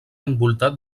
envoltat